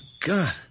God